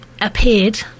appeared